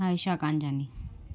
Harsha Kanjani